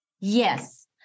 Yes